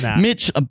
Mitch